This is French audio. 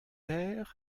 air